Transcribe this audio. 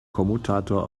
kommutator